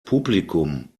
publikum